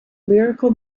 lyrical